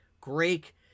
Greek